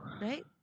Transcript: Right